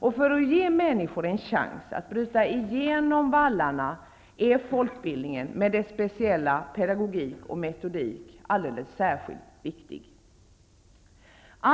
För att ge människor chans att bryta genom vallarna är folkbildningen med dess speciella pedagogik och metodik alldeles särskilt viktig. Fru talman!